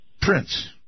Prince